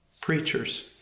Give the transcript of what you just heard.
preachers